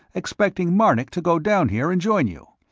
expecting marnik to go down here and join you.